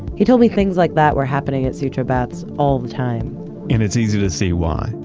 he told me things like that were happening in sutro baths all the time and it's easy to see why.